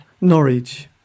Norwich